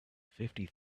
fifty